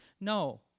No